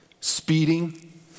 speeding